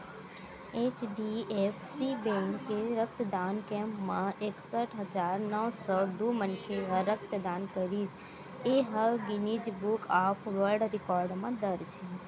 HDFC bank के रक्तदान camp म एकसट हजार नव सौ दू मनखे ह रक्तदान करिस ए ह Guinness book of world record म दर्ज हे